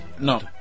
no